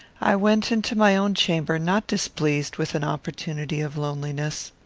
i went into my own chamber not displeased with an opportunity of loneliness.